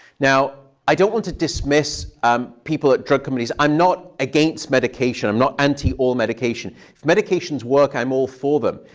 now, i don't want to dismiss um people at drug i'm not against medication. i'm not anti all medication. if medications work, i'm all for them.